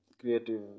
creative